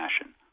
fashion